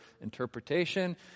interpretation